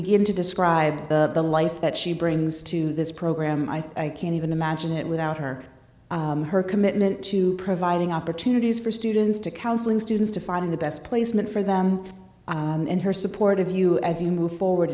begin to describe the the life that she brings to this program i can't even imagine it without her her commitment to providing opportunities for students to counseling students to find the best placement for them and her support of you as you move forward